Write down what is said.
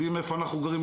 יודעים איפה אנחנו גרים,